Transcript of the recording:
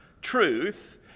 truth